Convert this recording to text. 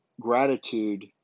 gratitude